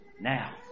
Now